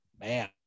man